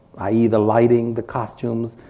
i e the lighting, the costumes,